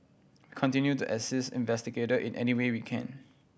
continue to assist investigator in any way we can